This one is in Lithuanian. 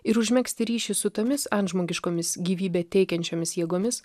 ir užmegzti ryšį su tomis antžmogiškomis gyvybę teikiančiomis jėgomis